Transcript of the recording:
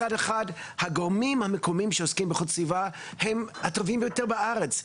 מצד אחד הגורמים המקומיים שעוסקים באיכות סביבה הם הטובים ביותר בארץ.